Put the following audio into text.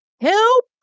Help